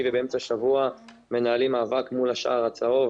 ובאמצע השבוע מנהלים מאבק מול השער הצהוב,